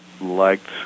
liked